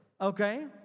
okay